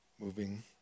Moving